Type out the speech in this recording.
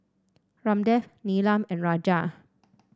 Ramdev Neelam and Raja